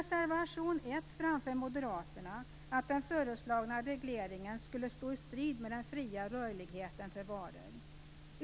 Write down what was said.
I reservation 1 framför Moderaterna att den föreslagna regleringen skulle stå i strid mot den fria rörligheten för varor.